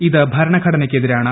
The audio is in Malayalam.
ഇത് ഭരണഘടനയ്ക്ക് എതിരാണ്